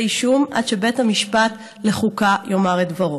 אישום עד שבית המשפט לחוקה יאמר את דברו.